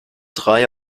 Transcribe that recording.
drei